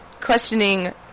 questioning